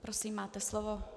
Prosím, máte slovo.